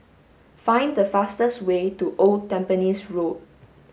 find the fastest way to Old Tampines Road